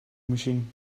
machine